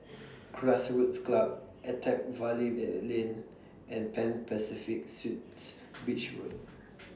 Grassroots Club Attap Valley Lane and Pan Pacific Suites Beach Road